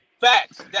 Facts